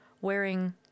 wearing